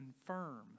confirm